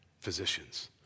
physicians